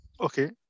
Okay